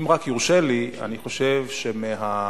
אם רק יורשה לי, אני חושב שמהעצמאות